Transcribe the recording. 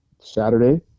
Saturday